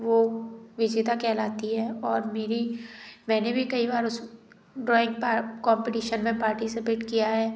वो विजेता कहलाती है और मेरी मैंने भी कई बार उस ड्राॅइंग कॉम्पटीशन में पार्टिसिपेट किया है